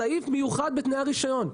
סעיף מיוחד בתנאי הרישיון.